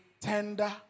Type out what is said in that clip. tender